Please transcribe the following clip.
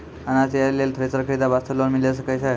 अनाज तैयारी लेल थ्रेसर खरीदे वास्ते लोन मिले सकय छै?